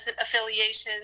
affiliations